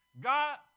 God